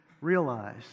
realize